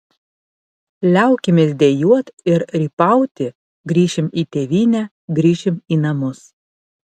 liaukimės dejuot ir rypauti grįšim į tėvynę grįšim į namus